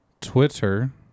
Twitter